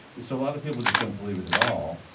so a lot of people just don't believe it at all.